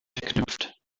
verknüpft